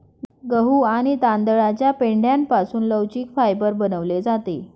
गहू आणि तांदळाच्या पेंढ्यापासून लवचिक फायबर बनवले जाते